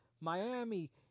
Miami